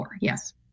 Yes